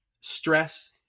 stress